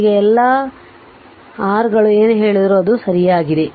ಈಗ ಈ ಎಲ್ಲಾ g r ಗಳು ಏನೇ ಹೇಳಿದರೂ ಅದು ಸರಿಯಾಗಿದೆ